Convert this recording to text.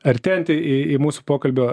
artėjanti į į į mūsų pokalbio